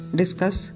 discuss